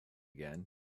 again